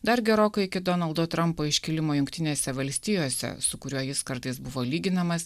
dar gerokai iki donaldo trampo iškilimo jungtinėse valstijose su kuriuo jis kartais buvo lyginamas